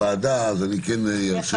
עכשיו הייתי אומר